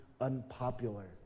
unpopular